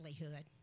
livelihood